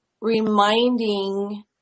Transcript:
reminding